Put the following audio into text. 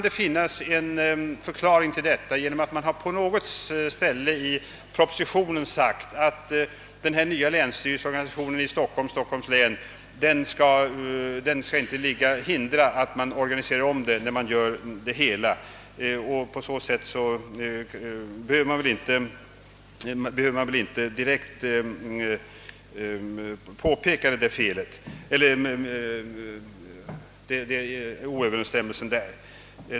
En förklaring kan man kanske finna i propositionen, där det på något ställe sägs, att den nya länsstyrelseorganisationen i Stockholm skall kunna ändras när det hela läggs om. Alltså behöver man inte direkt påpeka den bristande överensstämmelsen i detta sammanhang.